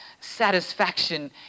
satisfaction